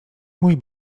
mój